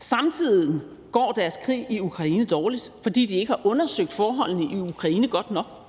Samtidig går deres krig i Ukraine dårligt, fordi de ikke har undersøgt forholdene i Ukraine godt nok.